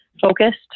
focused